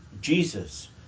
Jesus